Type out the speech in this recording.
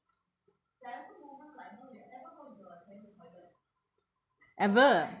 ever